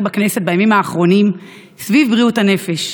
בכנסת בימים האחרונים סביב בריאות הנפש.